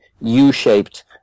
U-shaped